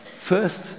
first